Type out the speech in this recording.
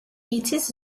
იცის